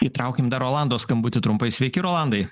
įtraukim dar rolando skambutį trumpai sveiki rolandai